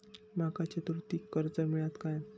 माका चतुर्थीक कर्ज मेळात काय?